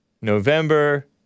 November